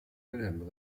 wilhelm